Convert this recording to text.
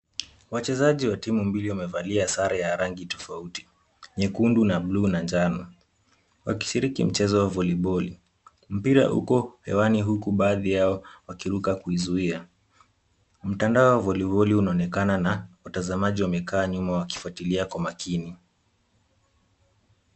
Wachezaji wa timu mbili wamevalia sare ya rangi tofauti, nyekundu na buluu na njano, wakishiriki mchezo wa voliboli. Mpira uko hewani huku baadhi yao wakirukia kuizuia. Mtandao wa voliboli unaonekana na watazamaji wamekaa nyuma wakifuatilia kwa makini.